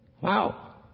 Wow